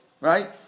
right